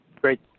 Great